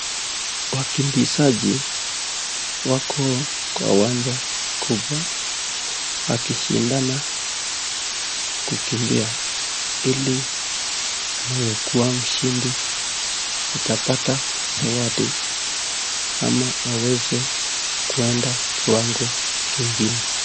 Wakimbizaji wako kwa uwanja kubwa wakishindana kukimbia ili anayekuwa mshindi atapata zawadi ama aweze kwenda kiwango kingine.